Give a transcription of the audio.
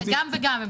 גם וגם.